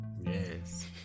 Yes